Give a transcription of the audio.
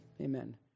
Amen